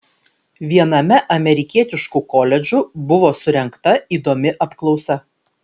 viename amerikietiškų koledžų buvo surengta įdomi apklausa